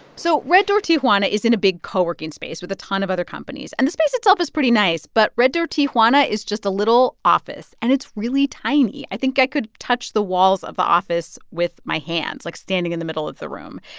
so red door tijuana is in a big co-working space with a ton of other companies. and the space itself is pretty nice, but red door tijuana is just a little office, and it's really tiny. i think i could touch the walls of the office with my hands, like, standing in the middle of the room.